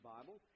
Bible